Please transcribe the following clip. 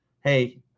hey